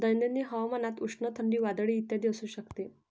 दैनंदिन हवामान उष्ण, थंडी, वादळी इत्यादी असू शकते